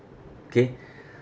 K